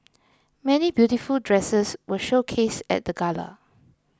many beautiful dresses were showcased at the gala